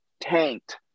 tanked